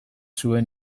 zuen